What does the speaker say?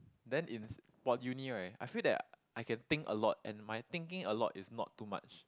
then in s~ !wah! uni right I feel that I can think a lot and my thinking a lot is not too much